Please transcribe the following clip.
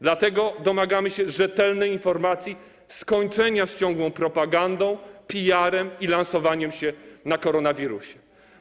Dlatego domagamy się rzetelnej informacji i skończenia z ciągłą propagandą, PR-em i lansowaniem się na koronawirusie.